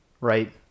right